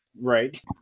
Right